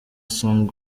song